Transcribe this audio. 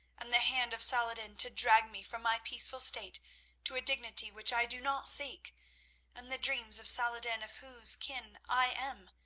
and the hand of saladin to drag me from my peaceful state to a dignity which i do not seek and the dreams of saladin, of whose kin i am,